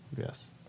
Yes